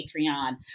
Patreon